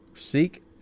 Seek